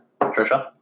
Trisha